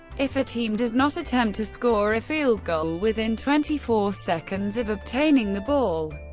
if a team does not attempt to score a field goal within twenty four seconds of obtaining the ball,